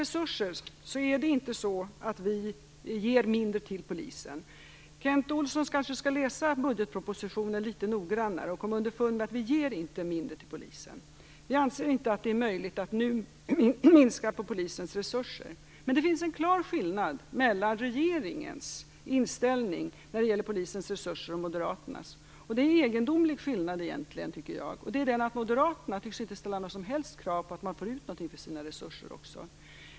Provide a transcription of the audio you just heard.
Det är inte så att vi ger mindre resurser till polisen. Kent Olsson kanske skall läsa budgetpropositionen litet noggrannare och komma underfund med att vi inte ger mindre till polisen. Vi anser inte att det är möjligt att nu minska polisens resurser. Men det finns en klar skillnad mellan regeringens inställning till polisens resurser och moderaternas. Det är egentligen en egendomlig skillnad, tycker jag. Det är att moderaterna inte tycks ställa några som helst krav på att man får ut någonting för sina resurser.